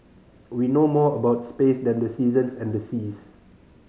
we know more about space than the seasons and the seas